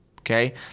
okay